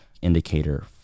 Indicator